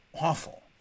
awful